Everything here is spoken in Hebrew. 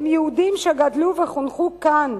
והם יהודים שגדלו וחונכו כאן,